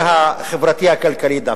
החברתי-הכלכלי דווקא.